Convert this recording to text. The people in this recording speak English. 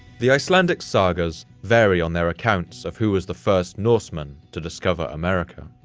the icelandic sagas vary on their accounts of who was the first norseman to discover america,